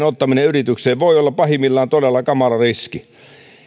ottaminen yritykseen voi olla pahimmillaan todella kamala riski